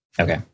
Okay